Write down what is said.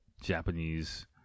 Japanese